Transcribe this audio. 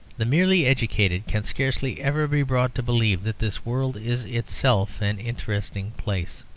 the merely educated can scarcely ever be brought to believe that this world is itself an interesting place.